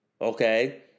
Okay